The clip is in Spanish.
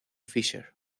fischer